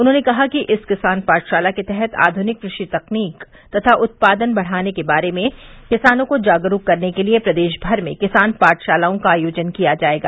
उन्होंने कहा कि इस किसान पाठशाला के तहत आधुनिक कृषि तकनीक तथा उत्पादन बढ़ाने के बारे में किसानों को जागरूक करने के लिये प्रदेश भर में किसान पाठशालाओं का आयोजन किया जायेगा